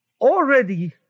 Already